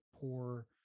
poor